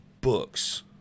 books